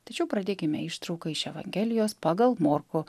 tačiau pradėkime ištrauką iš evangelijos pagal morkų